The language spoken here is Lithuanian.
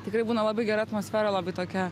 tikrai būna labai gera atmosfera labai tokia